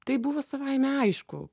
tai buvo savaime aišku